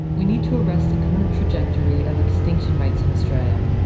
we need to arrest the current trajectory of extinction rates in australia.